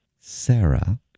Sarah